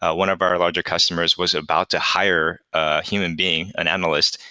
ah one of our larger customers was about to hire a human being, an analyst,